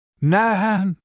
Nah